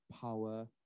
power